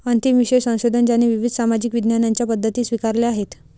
अंतिम विषय संशोधन ज्याने विविध सामाजिक विज्ञानांच्या पद्धती स्वीकारल्या आहेत